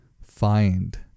find